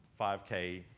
5k